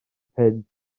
pump